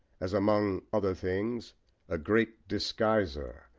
as among other things a great disguiser,